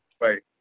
right